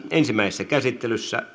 ensimmäisessä käsittelyssä